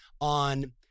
on